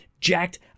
jacked